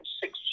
six